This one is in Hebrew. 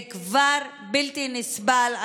זה כבר בלתי נסבל.